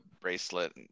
bracelet